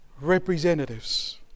representatives